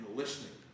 listening